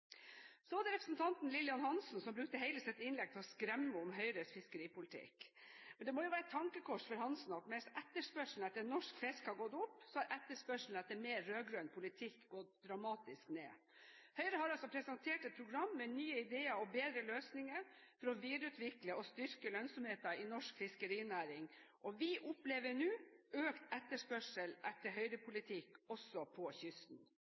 Så var det representanten Lillian Hansen, som brukte hele sitt innlegg til å skremme om Høyres fiskeripolitikk. Det må jo være et tankekors for Hansen at mens etterspørselen etter norsk fisk har gått opp, har etterspørselen etter mer rød-grønn politikk gått dramatisk ned. Høyre har altså presentert et program med nye ideer og bedre løsninger for å videreutvikle og styrke lønnsomheten i norsk fiskerinæring. Vi opplever nå økt etterspørsel etter Høyre-politikk, også på kysten.